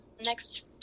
next